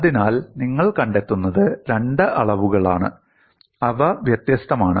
അതിനാൽ നിങ്ങൾ കണ്ടെത്തുന്നത് രണ്ട് അളവുകളുണ്ട് അവ വ്യത്യസ്തമാണ്